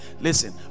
Listen